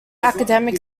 academic